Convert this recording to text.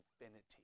infinity